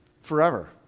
forever